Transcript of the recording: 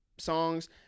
songs